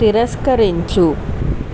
తిరస్కరించు